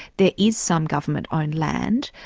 there is some government owned land,